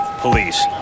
Police